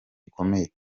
bikomeye